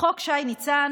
חוק שי ניצן,